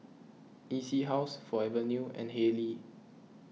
E C House Forever New and Haylee